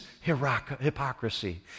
hypocrisy